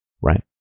right